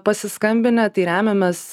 pasiskambinę tai remiamės